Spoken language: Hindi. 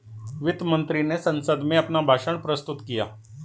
वित्त मंत्री ने संसद में अपना भाषण प्रस्तुत किया